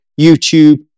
YouTube